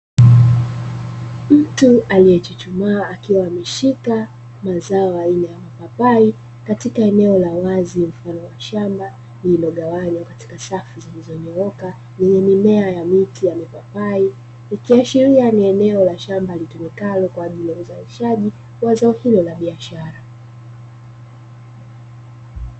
Mtu aliyechuchuma akiwa ameshika mazao aina ya mapapai katika eneo la wazi la shamba, lililogawanywa katika safu zilizonyooka zenye mimea ya miti ya mipapai, ikiashiria ni eneo la shamba litumikalo kwa ajili ya uzalishaji wa zao hilo la biashara.